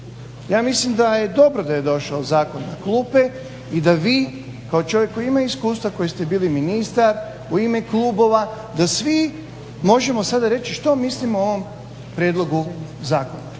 ja mislim da je dobro da je došao zakon na klupe i da vi kao čovjek koji ima iskustva, koji ste bili ministar u ime klubova da svi možemo sada reći što mislimo o ovom prijedlogu zakona.